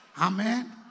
Amen